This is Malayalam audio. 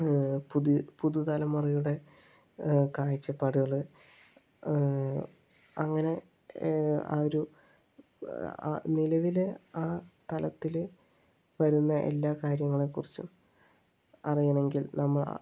പുതിയ പുതു തലമുറയുടെ കാഴ്ച്ചപ്പാടുകൾ അങ്ങനെ ആ ഒരു നിലവിൽ ആ തലത്തിൽ വരുന്ന എല്ലാ കാര്യങ്ങളെക്കുറിച്ചും അറിയണമെങ്കിൽ നമ്മൾ